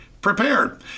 prepared